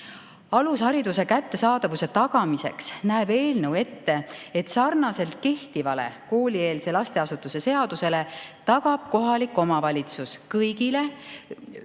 Alushariduse kättesaadavuse tagamiseks näeb eelnõu ette, et sarnaselt kehtiva koolieelse lasteasutuse seadusega tagab kohalik omavalitsus kõigile